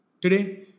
Today